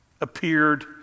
appeared